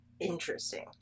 Interesting